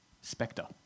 Spectre